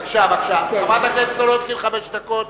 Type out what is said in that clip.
בבקשה, חברת הכנסת סולודקין, חמש דקות